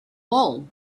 wool